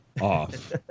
Off